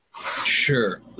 Sure